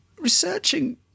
Researching